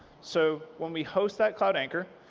so when we host that cloud anchor,